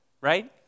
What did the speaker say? right